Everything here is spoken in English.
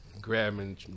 grabbing